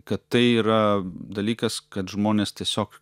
kad tai yra dalykas kad žmonės tiesiog